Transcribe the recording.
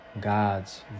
God's